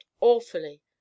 awfully